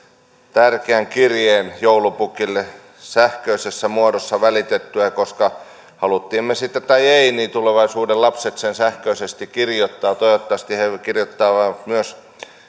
tärkeän kirjeen joulupukille sähköisessä muodossa välitettyä koska halusimme me sitten tai emme niin tulevaisuuden lapset sen sähköisesti kirjoittavat toivottavasti he kirjoittavat myös